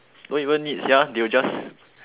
don't even need sia they will just